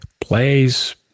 plays